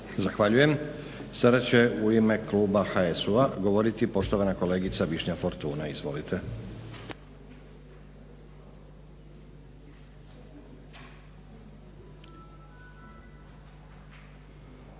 Zahvaljujem. Sada će u ime kluba HSU-a govoriti poštovana kolegica Višnja Fortuna. Izvolite.